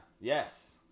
Yes